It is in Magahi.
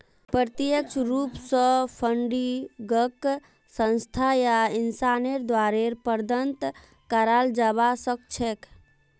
प्रत्यक्ष रूप स फंडिंगक संस्था या इंसानेर द्वारे प्रदत्त कराल जबा सख छेक